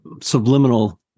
subliminal